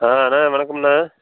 ஆ அண்ணா வணக்கம்ண்ணா